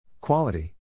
Quality